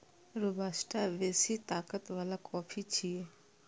robusta बेसी ताकत बला कॉफी छियै